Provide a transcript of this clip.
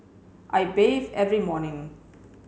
I bathe every morning